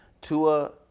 Tua